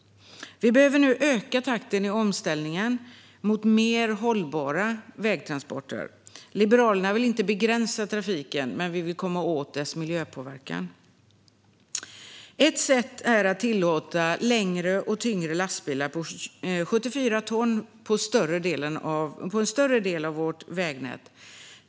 Vi behöver nu öka takten i omställningen mot mer hållbara vägtransporter. Liberalerna vill inte begränsa trafiken, men vi vill komma åt dess miljöpåverkan. Ett sätt att göra det är att tillåta längre och tyngre lastbilar på 74 ton på en större del av vårt vägnät.